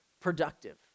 productive